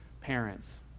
parents